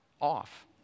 off